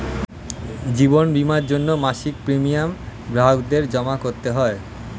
জীবন বীমার জন্যে মাসিক প্রিমিয়াম গ্রাহকদের জমা করতে হয়